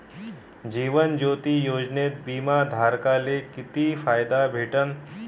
जीवन ज्योती योजनेत बिमा धारकाले किती फायदा भेटन?